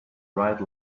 right